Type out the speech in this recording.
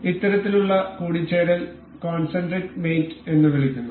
അതിനാൽ ഇത്തരത്തിലുള്ള കൂടിച്ചേരൽ കോൺസെൻട്രിക് മേറ്റ് എന്ന് വിളിക്കുന്നു